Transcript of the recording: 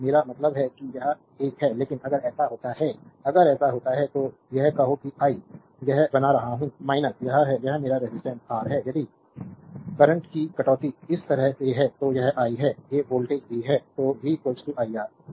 तो मेरा मतलब है कि यह एक है लेकिन अगर ऐसा होता है अगर ऐसा होता है तो यह कहो कि आई यह बना रहा हूं यह है यह मेरा रेजिस्टेंस आर है और यदि करंट की कटौती इस तरह से है तो यह i है ये वोल्टेज v है तो v iR होगा